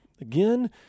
Again